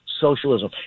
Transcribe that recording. socialism